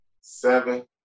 seven